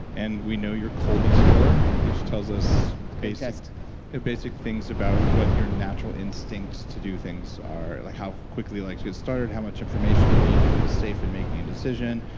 and we know your colby score, which tells us good test basic things about what your natural instincts to do things are, like how quickly like to get started, how much information you need to feel safe in making a decision,